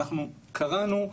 אנחנו קראנו,